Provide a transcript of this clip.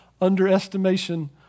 underestimation